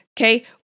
Okay